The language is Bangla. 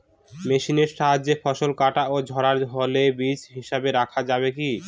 মেশিনের সাহায্যে ফসল কাটা ও ঝাড়াই হলে বীজ হিসাবে রাখা যাবে কি?